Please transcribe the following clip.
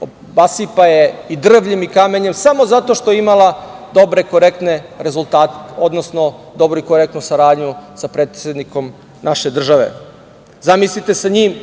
obasipa je drvljem i kamenjem samo zato što je imala dobru i korektnu saradnju sa predsednikom naše države. Zamislite